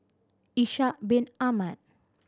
Ishak Bin Ahmad